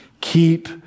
keep